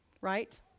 right